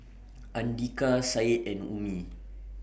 Andika Said and Ummi